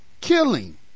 killing